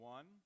One